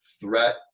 threat